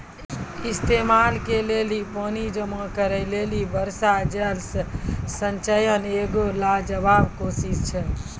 इस्तेमाल के लेली पानी जमा करै लेली वर्षा जल संचयन एगो लाजबाब कोशिश छै